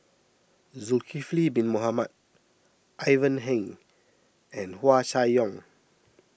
Zulkifli Bin Mohamed Ivan Heng and Hua Chai Yong